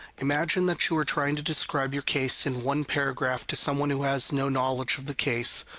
imagine that you are trying to describe your case in one paragraph to someone who has no knowledge of the case,